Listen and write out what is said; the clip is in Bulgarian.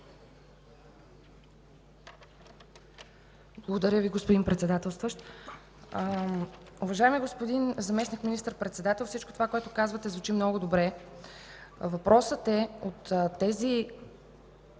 Благодаря Ви, господин Председателстващ. Уважаеми господин Заместник министър-председател, всичко това, което казвате, звучи много добре. Въпросът е от тези